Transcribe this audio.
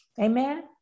Amen